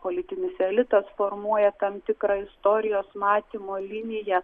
politinis elitas formuoja tam tikrą istorijos matymo liniją